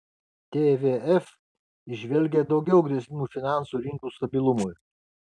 tvf įžvelgia daugiau grėsmių finansų rinkų stabilumui